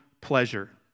pleasure